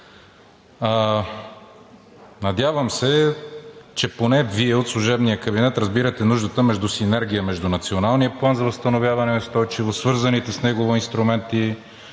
Надявам се, че поне Вие от служебния кабинет разбирате нуждата от синергия между Националния план за възстановяване и устойчивост, свързаните с него инструменти,